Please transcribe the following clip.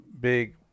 big